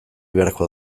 beharko